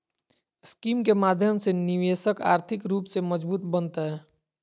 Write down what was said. scheme के माध्यम से निवेशक आर्थिक रूप से मजबूत बनतय